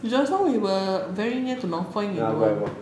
just now we were very near to north point you don't want